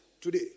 today